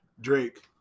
Drake